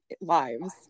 lives